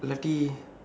இல்லாட்டி:illatdi